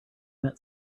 met